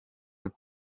have